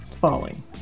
falling